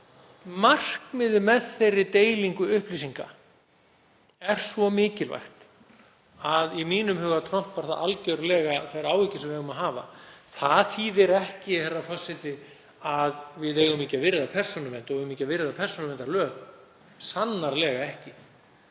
En markmiðið með þeirri deilingu upplýsinga er svo mikilvægt að í mínum huga trompar það algerlega þær áhyggjur sem við eigum að hafa. Það þýðir ekki að við eigum ekki að virða persónuvernd og við eigum ekki að virða persónuverndarlög, sannarlega ekki.